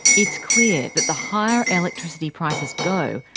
it's clear that the higher electricity prices go,